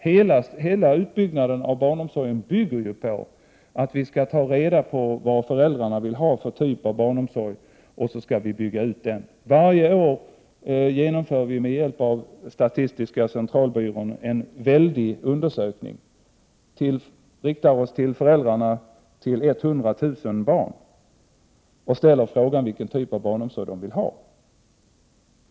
Hela utbyggnaden av barnomsorgen bygger ju på att vi skall ta reda på vad föräldrarna vill ha för typ av barnomsorg, och sedan skall vi bygga ut den. Varje år genomför vi med hjälp av statistiska centralbyrån en väldig undersökning. Vi riktar oss till föräldrarna till 100 000 barn och ställer frågan vilken typ av barnomsorg som de vill ha.